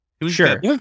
Sure